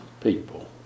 people